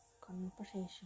conversation